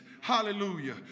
Hallelujah